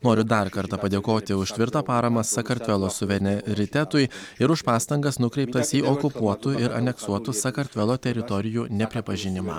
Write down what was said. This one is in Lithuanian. noriu dar kartą padėkoti už tvirtą paramą sakartvelo suveneritetui ir už pastangas nukreiptas į okupuotų ir aneksuotų sakartvelo teritorijų nepripažinimą